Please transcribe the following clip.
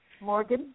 Morgan